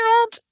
old